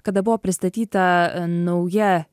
kada buvo pristatyta nauja